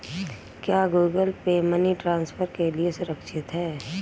क्या Google Pay money transfer के लिए सुरक्षित है?